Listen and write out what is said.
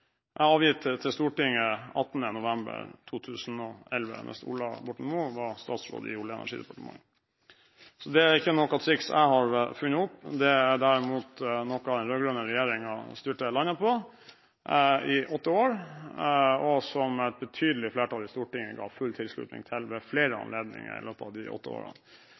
jeg sikkert gjort – men sitatet er hentet fra Ola Borten Moe, i et svar avgitt skriftlig til Stortinget 18. november 2011, mens Ola Borten Moe var statsråd i Olje- og energidepartementet. Så det er ikke noe triks jeg har funnet opp. Det er derimot noe den rød-grønne regjeringen styrte landet etter i åtte år, og som et betydelig flertall i Stortinget ved flere anledninger i løpet av de åtte årene